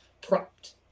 prompt